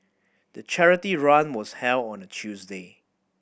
the charity run was held on a Tuesday